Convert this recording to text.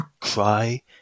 cry